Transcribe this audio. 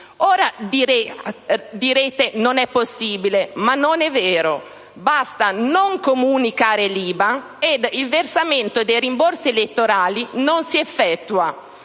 Ora direte che non è possibile, ma non è vero. Basta non comunicare il codice IBAN e il versamento dei rimborsi elettorali non verrà effettuato.